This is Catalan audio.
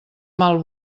mal